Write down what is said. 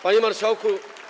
Panie Marszałku!